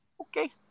okay